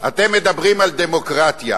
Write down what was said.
אתם מדברים על דמוקרטיה.